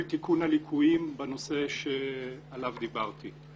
תיקון הליקויים בנושא שעליו דיברתי.